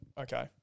okay